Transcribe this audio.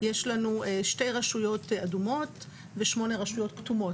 יש לנו שתי רשויות אדומות ושמונה רשויות כתומות.